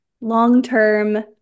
long-term